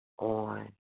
on